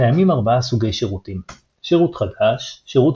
קיימים ארבעה סוגי שירותים שירות חדש שירות